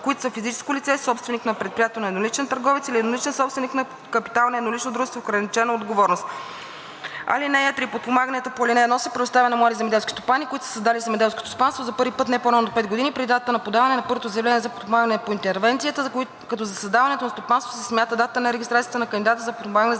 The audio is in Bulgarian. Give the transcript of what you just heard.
които са физическо лице – собственик на предприятието на едноличен търговец или едноличен собственик на капитала на еднолично дружество с ограничена отговорност. (3) Подпомагането по ал. 1 се предоставя на млади земеделски стопани, които са създали земеделско стопанство за първи път не по-рано от 5 години преди датата на подаване на първото заявление за подпомагане по интервенцията, като за създаване на стопанството се смята датата на регистрация на кандидата за подпомагане за